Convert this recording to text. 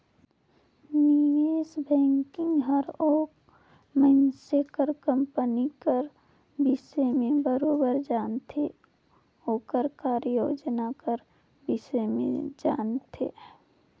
निवेस बैंकिंग हर ओ मइनसे कर कंपनी कर बिसे में बरोबेर जानथे ओकर कारयोजना कर बिसे में जानथे